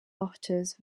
otters